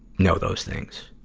know those things?